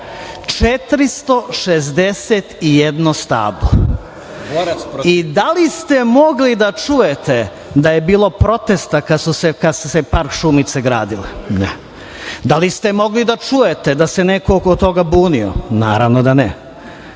461 stablo. Da li ste mogli da čujete da je bilo protesta kada se Park „Šumice“ gradio? Ne. Da li ste mogli da čujete da se neko oko toga bunio? Naravno da ne.